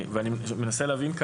אני מנסה להבין,